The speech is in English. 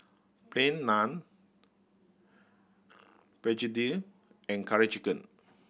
Plain Naan begedil and Curry Chicken